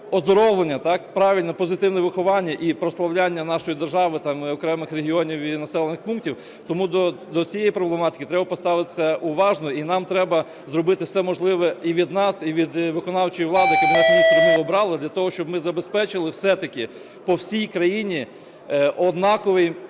оздоровлення, правильне позитивне виховання і прославляння нашої держави, окремих регіонів і населених пунктів. Тому до цієї проблематики треба поставитися уважно, і нам треба зробити все можливе і від нас, і від виконавчої влади. Кабінет Міністрів ми обрали для того, щоб ми забезпечили все-таки по всій країні однаковий